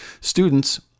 students